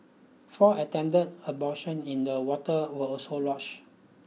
four attempted abortion in the water were also lodged